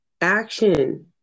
action